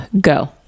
Go